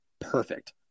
perfect